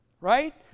right